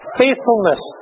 faithfulness